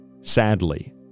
sadly